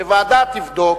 שוועדה תבדוק,